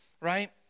right